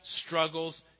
struggles